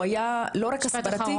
הוא היה לא רק הסברתי.